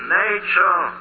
nature